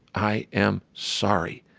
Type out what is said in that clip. i am sorry.